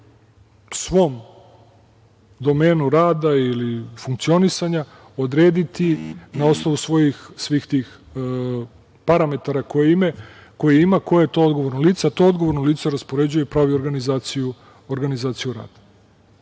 svom domenu rada ili funkcionisanja odrediti na osnovu svojih svih tih parametara koje ima ko je to odgovorno lice, a to odgovorno lice raspoređuje i pravi organizaciju rada.